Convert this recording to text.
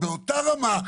באותה רמה,